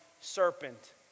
serpent